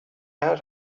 how